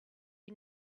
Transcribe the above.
you